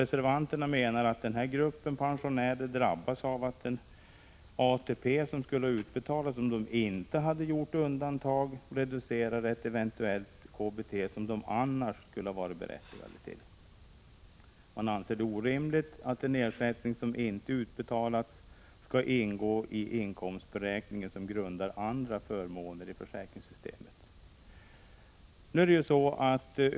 Reservanterna menar att denna grupp drabbas av att den ATP som skulle ha utbetalats, om undantagandet inte varit gällande, reducerar ett eventuellt KBT som de annars skulle ha varit berättigade till. Man anser det vara orimligt att en ersättning som inte utbetalats skall ingå i inkomstberäkning som grundar andra förmåner i försäkringssystemet.